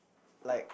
like